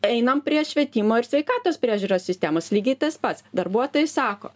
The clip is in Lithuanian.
einam prie švietimo ir sveikatos priežiūros sistemos lygiai tas pats darbuotojai sako